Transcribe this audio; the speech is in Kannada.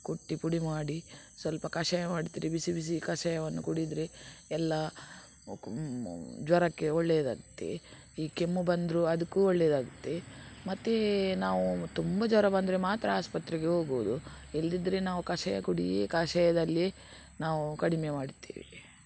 ಕುಟ್ಟಿ ಪುಡಿಮಾಡಿ ಸ್ವಲ್ಪ ಕಷಾಯ ಮಾಡಿದರೆ ಬಿಸಿಬಿಸಿ ಕಷಾಯವನ್ನು ಕುಡಿದರೆ ಎಲ್ಲಾ ಕು ಜ್ವರಕ್ಕೆ ಒಳ್ಳೆಯದಾಗುತ್ತೆ ಈ ಕೆಮ್ಮು ಬಂದರು ಅದಕ್ಕು ಒಳ್ಳೆಯದಾಗುತ್ತೆ ಮತ್ತು ನಾವು ತುಂಬ ಜ್ವರ ಬಂದರೆ ಮಾತ್ರ ಆಸ್ಪತ್ರೆಗೆ ಹೋಗುವುದು ಇಲ್ಲದಿದ್ರೆ ನಾವು ಕಷಾಯ ಕುಡಿಯೆ ಕಷಾಯದಲ್ಲಿಯೆ ನಾವು ಕಡಿಮೆ ಮಾಡ್ತೇವೆ